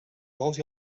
bous